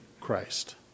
Christ